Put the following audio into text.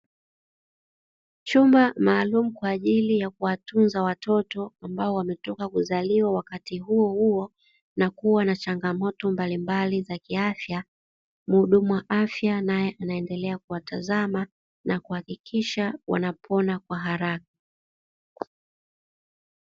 Chumba maalumu kwa ajili ya kuwatunza watoto, ambao wametoka kuzaliwa wakati huo huo na kuwa na changamoto mbalimbali za kiafya. Mhudumu wa afya naye anaendela kuwatazama na kuhakikisha wanapona kwa haraka.